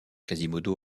quasimodo